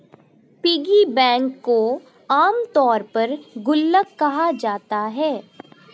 piggy bank को आमतौर पर गुल्लक कहा जाता है